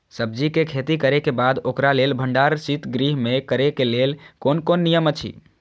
सब्जीके खेती करे के बाद ओकरा लेल भण्डार शित गृह में करे के लेल कोन कोन नियम अछि?